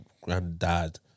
granddad